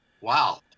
Wow